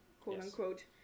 quote-unquote